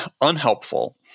unhelpful